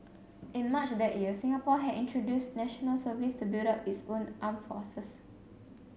in March that year Singapore had introduced National Service to build up its own armed forces